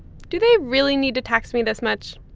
do they really need to tax me this much?